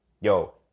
yo